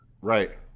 Right